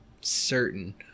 certain